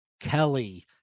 Kelly